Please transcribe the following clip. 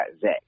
Zach